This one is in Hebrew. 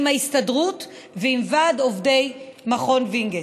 עם ההסתדרות ועם ועד עובדי מכון וינגייט.